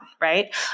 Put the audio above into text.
right